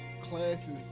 classes